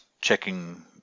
checking